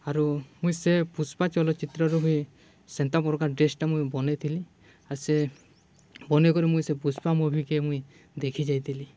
ଆରୁ ମୁଇଁ ସେ ପୁଷ୍ପା ଚଳଚ୍ଚିତ୍ରରୁ ବି ସେନ୍ତା ପ୍ରକାର ଡ୍ରେସ୍ଟା ମୁଇଁ ବନେଇଥିଲି ଆର୍ ସେ ବନେଇକରି ମୁଇଁ ସେ ପୁଷ୍ପା ମୁଭିିକେ ମୁଇଁ ଦେଖି ଯାଇଥିଲି